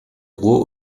ruhr